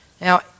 Now